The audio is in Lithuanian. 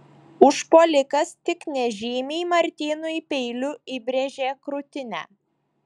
užpuolikas tik nežymiai martynui peiliu įbrėžė krūtinę